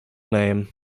name